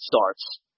starts